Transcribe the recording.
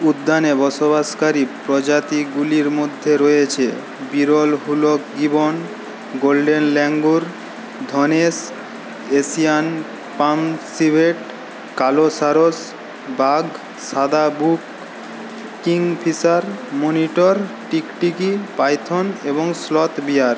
উদ্যানে বসবাসকারী প্রজাতিগুলির মধ্যে রয়েছে বিরল হুলক গিবন গোল্ডেন ল্যাঙ্গুর ধনেশ এশিয়ান পাম সিভেট কালো সারস বাঘ সাদা বুক কিংফিশার মনিটর টিকটিকি পাইথন এবং স্লথ বিয়ার